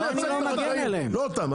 אתה מייצג את החקלאים, לא אותם.